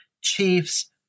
chiefs